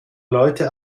leute